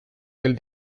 del